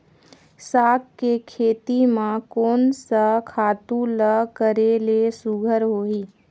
साग के खेती म कोन स खातु ल करेले सुघ्घर होही?